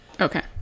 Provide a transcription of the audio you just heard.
Okay